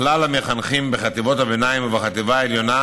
לכלל המחנכים בחטיבות הביניים ובחטיבה העליונה